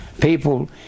People